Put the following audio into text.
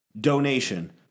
donation